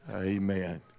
Amen